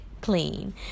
clean